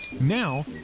Now